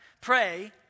Pray